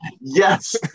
Yes